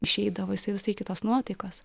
išeidavo jisai visai kitos nuotaikos